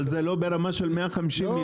אבל זה לא ברמה של 150 מיליון,